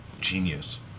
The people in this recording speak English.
genius